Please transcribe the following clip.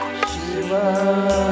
Shiva